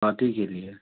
party کے لیے